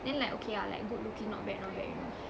then like okay lah like good looking not bad not bad you know